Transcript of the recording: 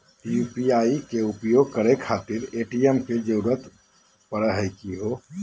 UPI के उपयोग करे खातीर ए.टी.एम के जरुरत परेही का हो?